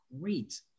great